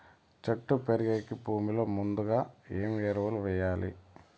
చెట్టు పెరిగేకి భూమిలో ముందుగా ఏమి ఎరువులు వేయాలి?